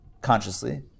consciously